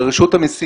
של רשות המסים.